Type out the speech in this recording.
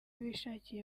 bishakiye